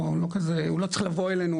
הוא לא צריך לבוא אלינו,